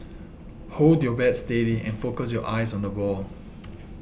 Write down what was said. hold your bat steady and focus your eyes on the ball